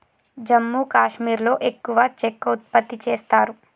జమ్మూ కాశ్మీర్లో ఎక్కువ చెక్క ఉత్పత్తి చేస్తారు